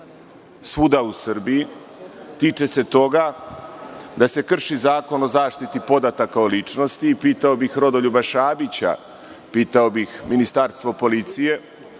svuda u Srbiji, tiče se toga da se krši Zakon o zaštiti podataka o ličnosti. Pitao bih Rodoljuba Šabića, pitao bih MUP kako su